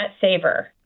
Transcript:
saver